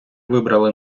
вибрали